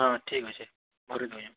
ହଁ ଠିକ୍ ଅଛେ ଭରି ଦେଉଛେଁ